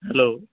hello